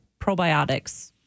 probiotics